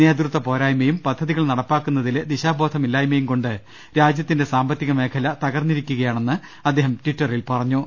നേതൃത്വ പോരായ്മയും പദ്ധതികൾ നടപ്പാക്കുന്നതിലെ ദിശാബോധമില്ലായ്മയുംകൊണ്ട് രാജ്യത്തിന്റെ സാമ്പത്തികമേഖല തകർന്നിരിക്കുകയാണെന്ന് അദ്ദേഹം ട്വിറ്ററിൽ പറഞ്ഞു